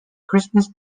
christmas